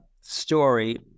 story